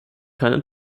keine